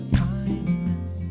kindness